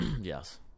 Yes